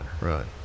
Right